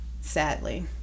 Sadly